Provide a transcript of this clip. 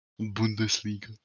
Bundesliga